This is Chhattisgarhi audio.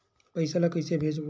पईसा ला कइसे भेजबोन?